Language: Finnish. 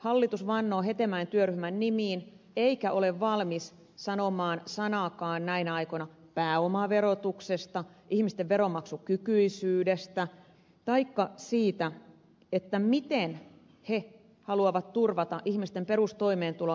hallitus vannoo hetemäen työryhmän nimiin eikä ole valmis sanomaan sanaakaan näinä aikoina pääomaverotuksesta ihmisten veronmaksukykyisyydestä taikka siitä miten se haluaa turvata ihmisten perustoimeentulon